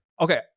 okay